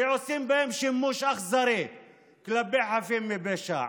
שעושים בהם שימוש אכזרי כלפי חפים מפשע.